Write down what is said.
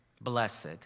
Blessed